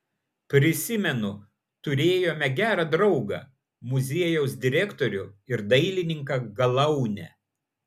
prisimenu turėjome gerą draugą muziejaus direktorių ir dailininką galaunę